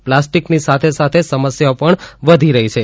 પ્લાસ્ટીકની સાથેસાથે સમસ્યાઓ પણ વધી રહી છે